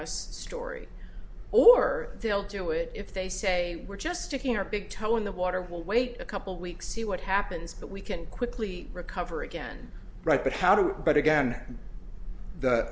us story or they'll do it if they say we're just sticking our big toe in the water will wait a couple weeks see what happens but we can quickly recover again right but how do but again the